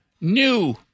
New